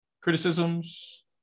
criticisms